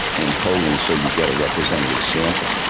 in polling so you get a representative sample.